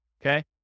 okay